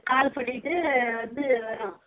கால் பண்ணிவிட்டு வந்து வரோம்